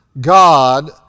God